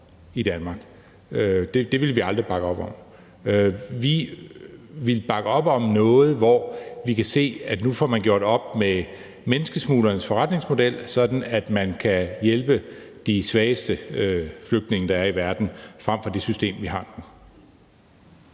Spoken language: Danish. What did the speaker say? i Danm n ark. Det vil vi aldrig bakke op om. Vi vil bakke op om noget, hvor vi kan se, at nu får man gjort op med menneskesmuglernes forretningsmodel, sådan at man kan hjælpe de svageste flygtninge, der er i verden, frem for det system, der er nu.